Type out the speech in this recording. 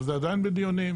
אבל זה עדיין בדיונים.